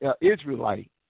Israelite